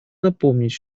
напомнить